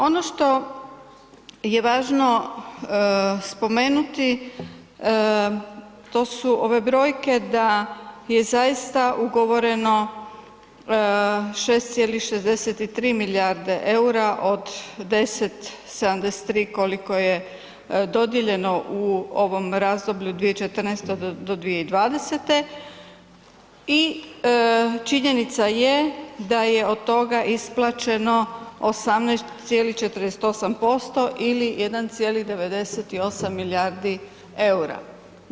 Ono što je važno spomenuti to su ove brojke da je zaista ugovoreno 6,63 milijarde EUR-a od 10,73 koliko je dodijeljeno u ovom razdoblju 2014. do 2020. i činjenica je da je od toga isplaćeno 18,48% ili 1,98 milijardi EUR-a.